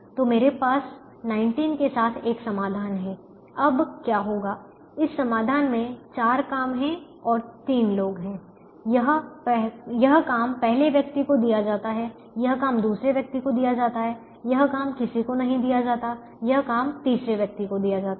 तो मेरे पास 19 के साथ एक समाधान है अब क्या होता है इस समाधान में 4 काम और 3 लोग हैं यह काम पहले व्यक्ति को दिया जाता है यह काम दूसरे व्यक्ति को दिया जाता है यह काम किसी को नहीं दिया जाता यह काम तीसरे व्यक्ति को दिया जाता है